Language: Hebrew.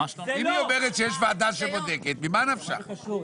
אם היא אומרת שיש ועדה שבודקת ממה נפשך?